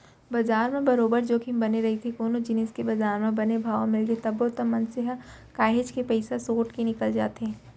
बजार म बरोबर जोखिम बने रहिथे कोनो जिनिस के बजार म बने भाव मिलगे तब तो मनसे ह काहेच के पइसा सोट के निकल जाथे